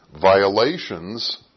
violations